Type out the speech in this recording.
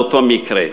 באותו מקרה,